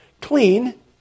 clean